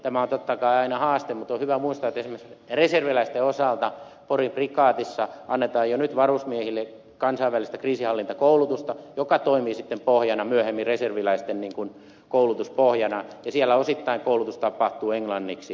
tämä on totta kai aina haaste mutta on hyvä muistaa että esimerkiksi reserviläisten osalta porin prikaatissa annetaan jo nyt varusmiehille kansainvälistä kriisinhallintakoulutusta joka toimii sitten myöhemmin reserviläisten koulutuspohjana ja siellä osittain koulutus tapahtuu englanniksi